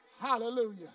Hallelujah